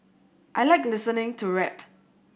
I like listening to rap